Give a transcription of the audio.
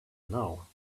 now